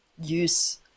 use